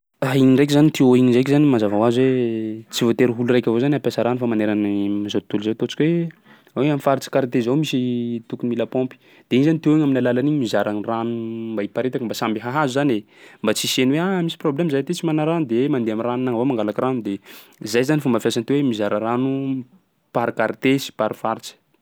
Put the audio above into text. Igny ndraiky zany tuyau igny ndraiky zany mazava hoazy hoe tsy voatery ho olo raiky avao zany hampiasa rano fa maneran'ny zao tontolo zao ataontsika hoe hoe am'faritsy quartier zao misy tokony mila paompy. De iny zany tuyau iny amin'ny alalan'igny mizara gny rano mba hiparitaky mba samby hahazo zany e mba tsy hisian'ny hoe: aah! Misy problème zahay aty tsy mana rano de mandeha am'ranonay avao mangalaky rano de zay zany fomba fiasan'ny tuyau mizara rano par quartier sy par faritsy.